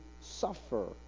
suffer